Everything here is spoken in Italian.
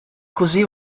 così